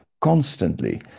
constantly